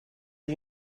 die